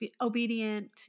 obedient